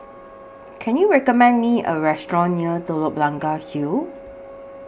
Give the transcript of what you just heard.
Can YOU recommend Me A Restaurant near Telok Blangah Hill